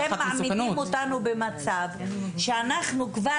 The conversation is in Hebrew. אתם מעמידים אותנו במצב שאנחנו כבר